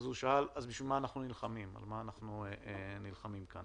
הוא ענה: אז על מה אנחנו נלחמים כאן?